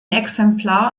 exemplar